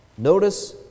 Notice